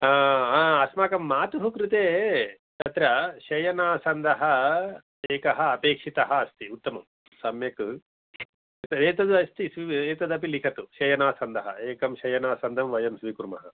अस्माकं मातुः कृते तत्र शयनासन्दः एकः अपेक्षितः अस्ति उत्तमं सम्यक् एतदस्ति एतदपि लिखतु शयनासन्दः एकं शयनासन्दं वयं स्वीकुर्मः